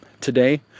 today